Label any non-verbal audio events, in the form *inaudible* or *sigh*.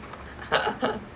*noise*